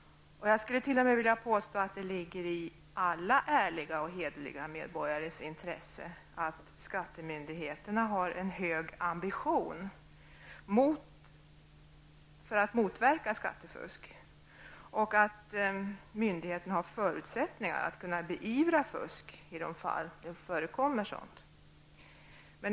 Jag skulle t.o.m. vilja påstå att det ligger i alla ärliga och hederliga medborgares intresse att skattemyndigheterna har en hög ambition att motverka skattefusk och att myndigheten har förutsättningar att kunna beivra fusk i de fall det förekommer.